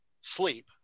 sleep